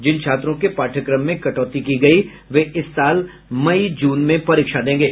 जिन छात्रों के पाठ्यक्रम में कटौती की गई वे इस साल मई जून में परीक्षा देंगे